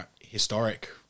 historic